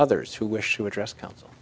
others who wish to address coun